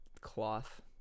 cloth